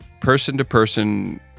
person-to-person